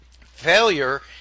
Failure